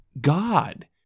God